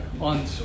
on